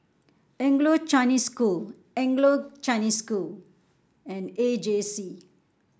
Anglo Chinese School Anglo Chinese School and A J C